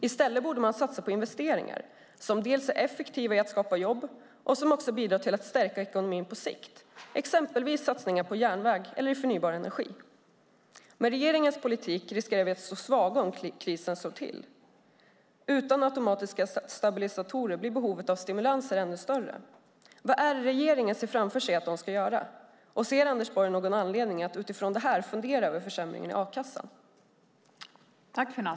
I stället borde man satsa på investeringar, som dels är effektiva i att skapa jobb, dels bidrar till att stärka ekonomin på sikt. Det är exempelvis satsningar på järnväg eller i förnybar energi. Med regeringens politik riskerar vi att stå svaga om krisen slår till. Utan automatiska stabilisatorer blir behovet av stimulanser ännu större. Vad är det regeringen ser framför sig att de ska göra? Ser Anders Borg någon anledning att utifrån det här fundera över försämringarna i a-kassan?